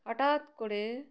হঠাৎ করে